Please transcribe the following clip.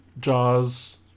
jaws